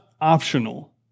Optional